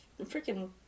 freaking